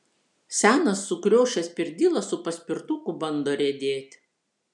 senas sukriošęs pirdyla su paspirtuku bando riedėt